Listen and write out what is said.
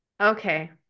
Okay